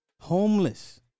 homeless